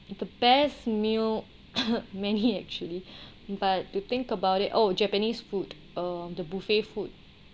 the best meal many actually but to think about it oh japanese food uh the buffet food